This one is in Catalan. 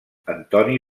antoni